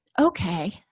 okay